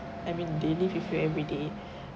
I mean daily with you every day